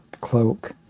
cloak